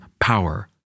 power